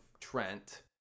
Trent